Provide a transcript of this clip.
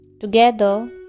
Together